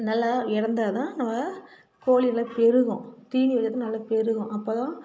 நல்லா இடந்தாதான் நம்ம கோழிகளை பெருகும் தீனி வைக்கிறதுக்கு நல்லா பெருகும் அப்போதான்